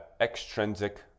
extrinsic